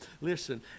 Listen